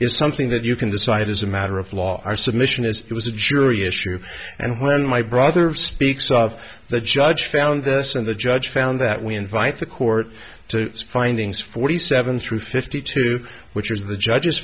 is something that you can decide is a matter of law our submission is it was a jury issue and when my brother speaks of the judge found this and the judge found that we invite the court to its findings forty seven through fifty two which was the judge